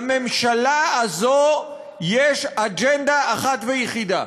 לממשלה הזו יש אג'נדה אחת ויחידה.